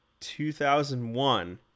2001